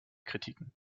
kritiken